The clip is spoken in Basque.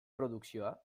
produkzioa